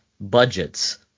budgets